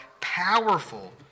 powerful